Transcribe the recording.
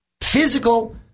physical